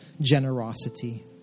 generosity